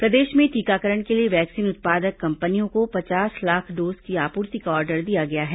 प्रदेश में टीकाकरण के लिए वैक्सीन उत्पादक कंपनियों को पचास लाख डोज की आपूर्ति का ऑर्डर दिया गया है